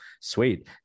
sweet